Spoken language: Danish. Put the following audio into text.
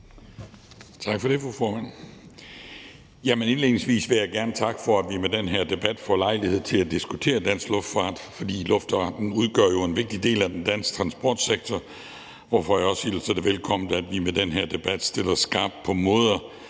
Tak for det, fru formand. Indledningsvis vil jeg gerne takke for, at vi med den her debat får lejlighed til at diskutere dansk luftfart, for luftfarten udgør jo en vigtig del af den danske transportsektor, og derfor hilser jeg det også velkommen, at vi med den her debat stiller skarpt på måder